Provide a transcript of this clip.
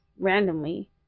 randomly